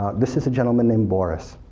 this is a gentleman named boris,